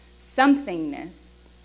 somethingness